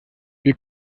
wir